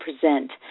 present